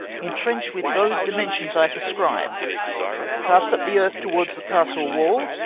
intrench with those dimensions i prescrib'd cast up the earth towards the castle-wall,